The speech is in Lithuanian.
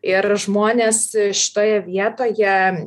ir žmonės šitoje vietoje